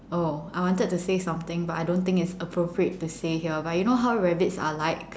oh I wanted to say something but I don't think is appropriate to say here but you know how rabbits are like